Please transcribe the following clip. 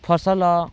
ଫସଲ